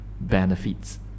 benefits